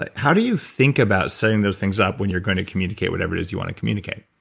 like how do you think about setting those things up when you're going to communicate whatever it is you want to communicate?